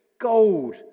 Gold